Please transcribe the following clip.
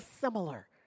similar